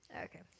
Okay